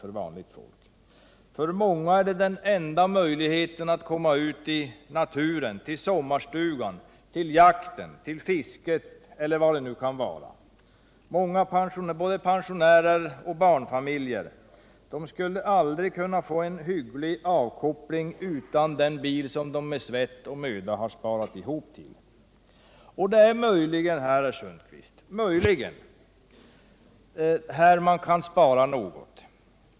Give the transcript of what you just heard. För många människor är bilen den enda möjlighet de har att komma ut i naturen, till sommarstugan, till jakten, till fisket eller vad det kan vara. Många, både pensionärer och barnfamiljer, skulle aldrig kunna få en hygglig avkoppling utan den bil som de med svett och möda har sparat ihop till. Det är möjligen här, herr Sundkvist, som man kan spara något.